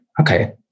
Okay